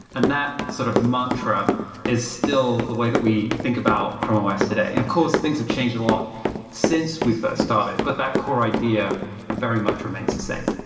and that sort of mantra is still the way that we think about chrome os today. of course, things have changed a lot since we first started, but that core idea very much remains the same.